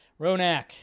Ronak